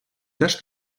теж